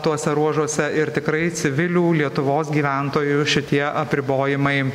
tuose ruožuose ir tikrai civilių lietuvos gyventojų šitie apribojimai